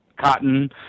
cotton